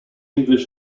english